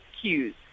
cues